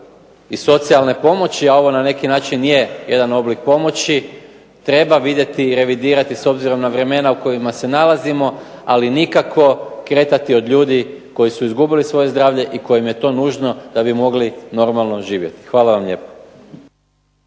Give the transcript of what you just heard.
da socijalne pomoći, a ovo na neki način i je neki oblik pomoći, treba vidjeti i revidirati s obzirom na vremena u kojima se nalazimo ali nikako kretati od ljudi koji su izgubili svoje zdravlje i kojima je to nužno da bi mogli normalno živjeti. Hvala vam lijepo.